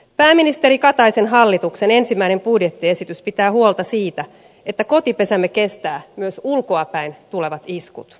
pääministeri kataisen hallituksen ensimmäinen budjettiesitys pitää huolta siitä että kotipesämme kestää myös ulkoapäin tulevat iskut